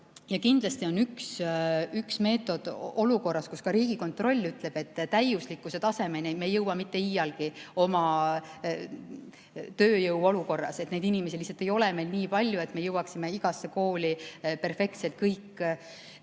Ja kindlasti on üks meetod olukorras, kus ka Riigikontroll ütleb, et täiuslikkuse tasemeni me ei jõua mitte iialgi oma tööjõu olukorras, neid inimesi lihtsalt ei ole meil nii palju, et me saaksime igasse kooli perfektselt kõik